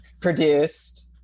produced